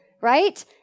right